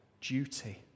duty